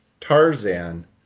Tarzan